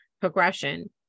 progression